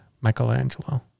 Michelangelo